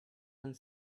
and